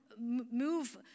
move